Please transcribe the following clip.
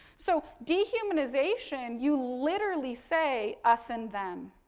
so, dehumanization, you literally say us and them.